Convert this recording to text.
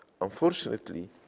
Unfortunately